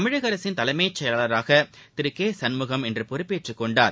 தமிழக அரசின் தலைமைச் செயலாளராக திரு கே சண்முகம் இன்று பொறுப்பேற்றுக் கொண்டார்